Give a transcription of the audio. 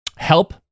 help